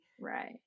Right